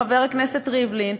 חבר הכנסת ריבלין,